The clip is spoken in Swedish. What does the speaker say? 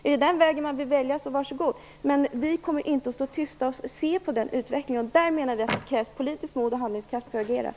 Är det den väg man vill välja, så var så god, men vi kommer inte att stå tysta och se på den utvecklingen. Där menar vi att det krävs politiskt mod och handlingskraft för att agera.